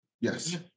Yes